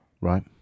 Right